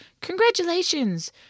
Congratulations